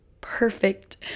perfect